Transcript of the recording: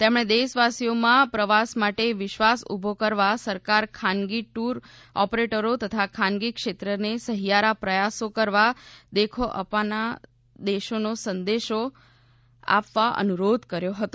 તેમણે દેશવાસીઓમાં પ્રવાસ માટે વિશ્વાસ ઊભો કરવા સરકાર ખાનગી ટૂર ઓપરેટરો તથા ખાનગી ક્ષેત્રને સહિયારા પ્રયાસો કરવા દેખો અપાના દેશનો સંદ્દેશો આપવા અનુરોધ કર્યો હતો